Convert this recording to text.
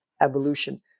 evolution